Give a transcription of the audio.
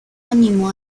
animó